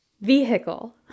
Vehicle